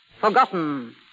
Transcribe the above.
Forgotten